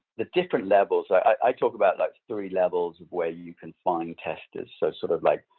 the different levels i talked about like three levels of where you can find testers. so sort of like,